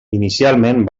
inicialment